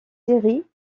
série